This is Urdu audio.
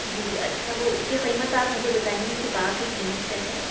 جی جی اچھا وہ اُس کے قیمت آپ مجھے بتائیں گی اُس کتاب کی قیمت کیا ہے